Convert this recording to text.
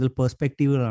perspective